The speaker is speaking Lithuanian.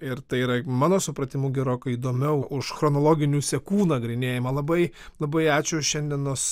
ir tai yra mano supratimu gerokai įdomiau už chronologinių sekų nagrinėjimą labai labai ačiū šiandienos